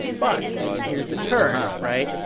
but and here's the turn, right?